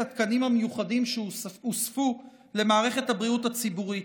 התקנים המיוחדים שהוספו למערכת הבריאות הציבורית,